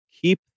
Keep